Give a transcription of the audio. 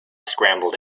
scrambled